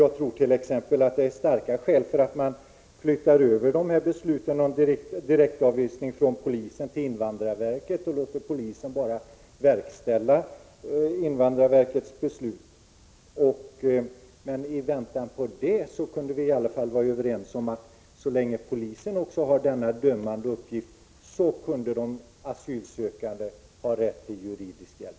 Jag tror t.ex. att det finns starka skäl för att från polisen till invandrarverket flytta över besluten om direktavvisning och låta polisen bara verkställa invandrarverkets beslut. Men i väntan på en sådan ändring borde vi i alla fall kunna vara överens om följande: Så länge polisen har också en dömande uppgift bör de asylsökande ha rätt till juridisk hjälp.